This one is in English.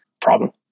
problem